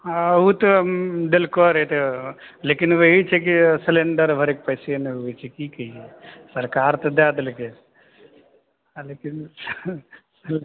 हँ ओ तऽ देलको रहै लेकिन वही छै कि सिलेण्डर भरबैके पैसे नहि होइ छै की कहियै सरकार तऽ दै देलकै आ लेकिन